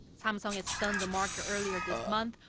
samsung had stunned the market earlier this month.